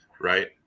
right